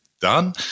done